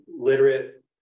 literate